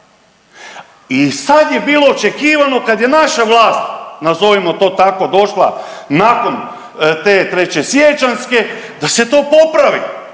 I sad je bilo očekivano kad je naša vlast nazovimo to tako došla nakon te trećesiječanjske da se to popravi,